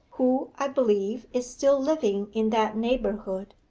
who, i believe, is still living in that neighbourhood.